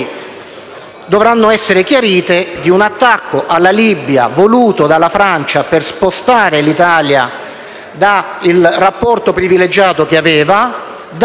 dovranno essere chiarite - con un attacco alla Libia voluto dalla Francia per togliere all'Italia il rapporto privilegiato che aveva